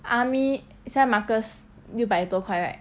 army sent marcus 六百多块 right